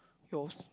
yours